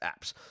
apps